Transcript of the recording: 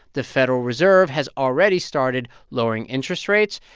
the federal reserve has already started lowering interest rates.